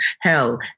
Hell